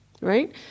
right